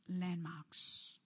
landmarks